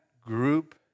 group